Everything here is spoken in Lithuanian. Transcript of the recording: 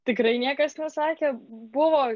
tikrai niekas nesakė buvo